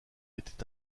était